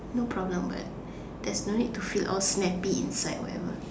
no problem but there's no need to feel all snappy or whatever